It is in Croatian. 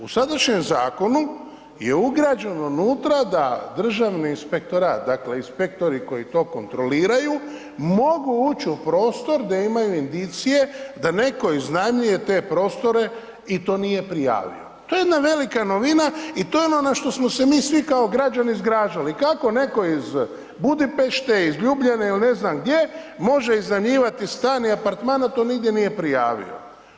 U sadašnjem Zakonu je ugrađeno unutra da Državni inspektorat, dakle inspektori koji to kontroliraju mogu ući u prostor gdje imaju indicije da netko iznajmljuje te prostore i to nije prijavio, to je jedna velika novina i to je ono na što smo se mi svi kao građani zgražali kako netko iz Budimpešte, iz Ljubljane ili ne znam gdje može iznajmljivati stan i apartman a to nigdje nije prijavio.